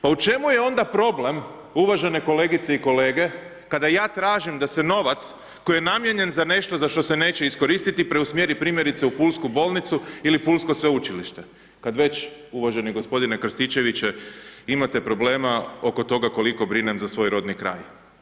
Pa u čemu je onda problem uvažene kolegice i kolege kada ja tražim da se novac, koji je namijenjen za nešto za što se neće iskoristiti preusmjeri primjerice u pulsku bolnicu ili pulsko sveučilište, kada već, uvaženi gospodine Krstičević, imate problema oko toga koliko brinem za svoj rodni kraj.